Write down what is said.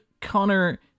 Connor